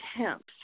attempts